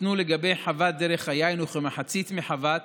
ניתנו לגבי חוות דרך היין וכמחצית מחוות